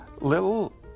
little